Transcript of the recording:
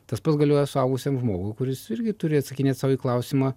tas pats galioja suaugusiam žmogui kuris irgi turi atsakinėt sau į klausimą